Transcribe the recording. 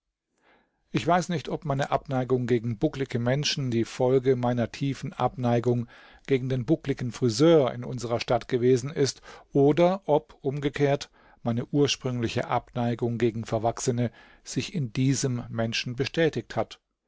ich weiß nicht ob meine abneigung gegen bucklige menschen die folge meiner tiefen abneigung gegen den buckligen friseur in unserer stadt gewesen ist oder ob umgekehrt meine ursprüngliche abneigung gegen verwachsene sich in diesem menschen bestätigt hat